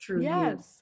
Yes